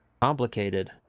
complicated